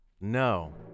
No